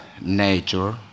nature